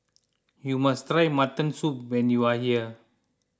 you must try Mutton Soup when you are here